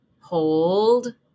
hold